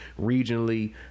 regionally